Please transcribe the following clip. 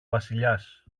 βασιλιάς